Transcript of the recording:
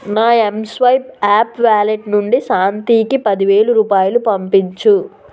నా Mswipe app wallet నుండి శాంతీకి పదివేల రూపాయలు పంపించు